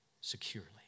securely